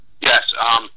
Yes